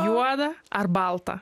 juoda ar balta